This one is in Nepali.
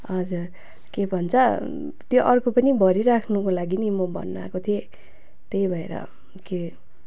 हजर के भन्छ त्यो अर्को पनि भरिराख्नुको लागि नि म भन्नु आएको थिएँ त्यही भएर के